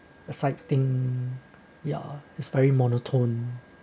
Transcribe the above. exciting ya inspiring monotone